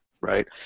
right